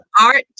Art